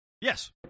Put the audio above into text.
Yes